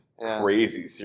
crazy